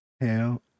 Hell